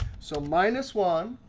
so minus one.